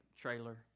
trailer